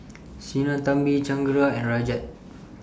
Sinnathamby Chengara and Rajat